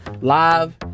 live